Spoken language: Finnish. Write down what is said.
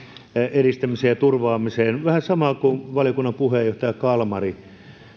edistämiseen ja turvaamiseen vähän samaa kuin valiokunnan puheenjohtaja kalmari